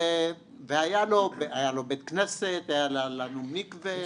והיה לו בית כנסת, היה לנו מקווה,